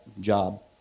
job